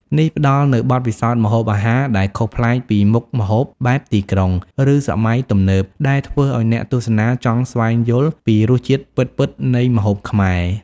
នេះផ្តល់នូវបទពិសោធន៍ម្ហូបអាហារដែលខុសប្លែកពីមុខម្ហូបបែបទីក្រុង ឬសម័យទំនើប ដែលធ្វើឲ្យអ្នកទស្សនាចង់ស្វែងយល់ពីរសជាតិពិតៗនៃម្ហូបខ្មែរ។